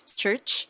church